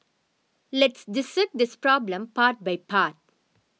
let's dissect this problem part by part